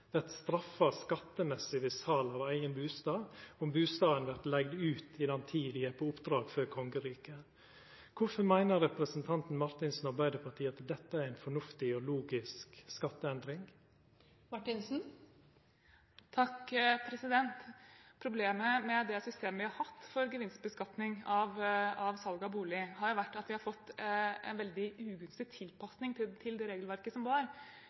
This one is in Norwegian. vert straffa skattemessig ved sal av eigen bustad om bustaden vert leigd ut i den tida dei er på oppdrag for kongeriket. Kvifor meiner representanten Marthinsen og Arbeidarpartiet at dette er ei fornuftig og logisk skatteendring? Problemet med det systemet vi har hatt for gevinstbeskatning ved salg av bolig, har vært at vi har fått en veldig ugunstig tilpasning til det regelverket som